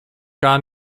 gar